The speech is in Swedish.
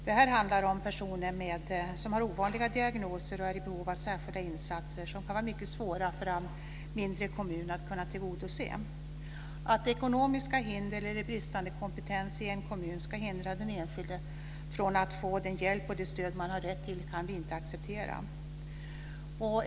Det handlar om personer som har ovanliga diagnoser och är i behov av särskilda insatser som det kan vara mycket svårt för mindre kommuner att tillgodose. Att ekonomiska hinder eller bristande kompetens i en kommun ska hindra den enskilde från att få den hjälp och det stöd man har rätt till kan vi inte acceptera.